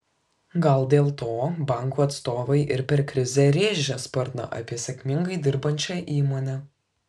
gal dėl to bankų atstovai ir per krizę rėžia sparną apie sėkmingai dirbančią įmonę